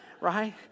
right